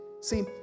See